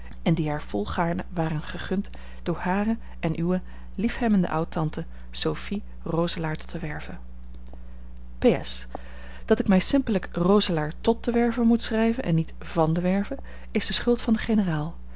en die haar volgaarne waren gegund door hare en uwe liefhebbende oud-tante sophie roselaer tot de werve p s dat ik mij simpellijk roselaer tot de werve moet schrijven en niet van de werve is de schuld van den generaal